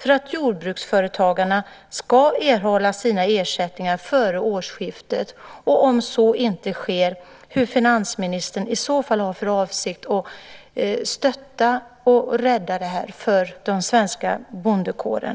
för att jordbruksföretagarna ska erhålla sina ersättningar före årsskiftet och, om så inte sker, hur finansministern då har för avsikt att stötta och rädda situationen för den svenska bondekåren.